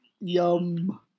yum